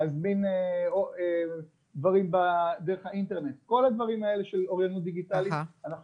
להזמין דברים דרך האינטרנט וכל הדברים האלה של אוריינות דיגיטלית,